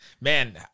man